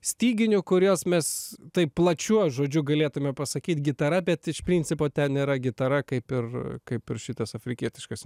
styginių kuriuos mes taip plačiuoju žodžiu galėtume pasakyt gitara bet iš principo ten yra gitara kaip ir kaip ir šitas afrikietiškas